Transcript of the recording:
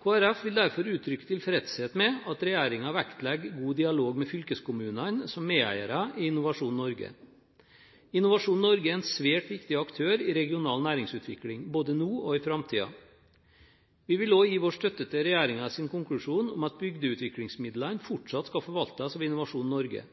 Kristelig Folkeparti vil derfor uttrykke tilfredshet med at regjeringen vektlegger god dialog med fylkeskommunene som medeiere i Innovasjon Norge. Innovasjon Norge er en svært viktig aktør i regional næringsutvikling, både nå og i framtiden. Vi vil også gi vår støtte til regjeringens konklusjon om at bygdeutviklingsmidlene fortsatt skal forvaltes av Innovasjon Norge.